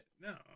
No